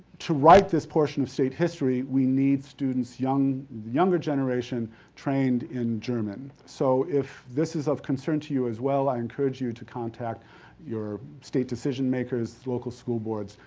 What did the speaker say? to write this portion of state history, we need students young, younger generation trained in german. so, if this is of concern to you as well, i encourage you to contact your state decision makers, local school boards,